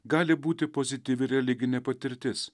gali būti pozityvi religinė patirtis